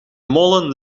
molen